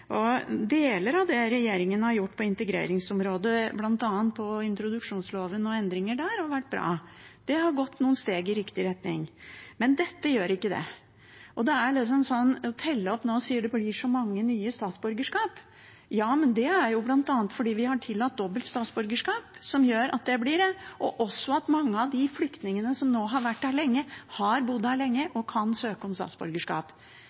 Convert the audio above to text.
regjeringen har gjort på integreringsområdet, bl.a. i introduksjonsloven og endringer der, har vært bra, det har gått noen steg i riktig retning. Men dette gjør ikke det. Til det å telle opp nå og si at det blir så mange nye statsborgerskap – ja, men det er bl.a. fordi vi har tillatt dobbelt statsborgerskap, og også at mange av de flyktningene som nå har vært her lenge, og har bodd her lenge, kan søke om statsborgerskap.